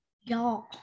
Y'all